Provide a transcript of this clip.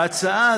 ההצעה